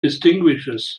distinguishes